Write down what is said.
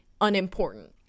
unimportant